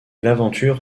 l’aventure